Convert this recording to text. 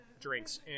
Drinks